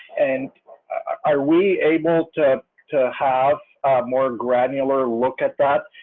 and are we able to to have more granular look at that,